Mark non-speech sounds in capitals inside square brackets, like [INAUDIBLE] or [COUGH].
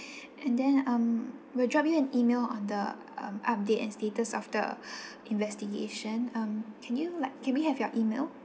and then um we'll drop you an E-mail on the um update and status of the [BREATH] investigation um can you like can we have your E-mail